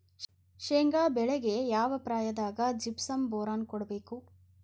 ಶೇಂಗಾ ಬೆಳೆಗೆ ಯಾವ ಪ್ರಾಯದಾಗ ಜಿಪ್ಸಂ ಬೋರಾನ್ ಕೊಡಬೇಕು?